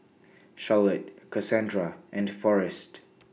Charlotte Kasandra and Forest